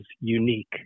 unique